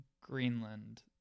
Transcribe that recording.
Greenland